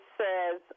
says